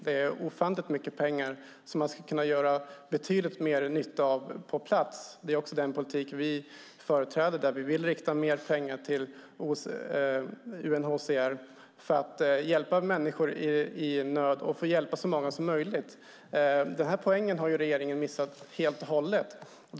Det är ofantligt mycket pengar - pengar som skulle kunna göra betydligt större nytta på plats. Det är den politik vi företräder. Vi vill rikta mer pengar till UNHCR för att hjälpa människor i nöd och för att hjälpa så många som möjligt. Den poängen har regeringen helt och hållet missat.